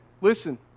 listen